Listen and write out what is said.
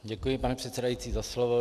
Děkuji, pane předsedající, za slovo.